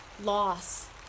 loss